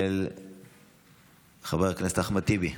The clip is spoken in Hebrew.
של חבר הכנסת אחמד טיבי.